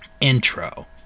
intro